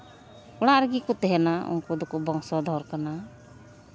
ᱚᱲᱟᱜ ᱨᱮᱜᱮ ᱠᱚ ᱛᱟᱦᱮᱱᱟ ᱩᱱᱠᱩ ᱫᱚᱠᱚ ᱵᱚᱝᱥᱚᱫᱷᱚᱨ ᱠᱟᱱᱟ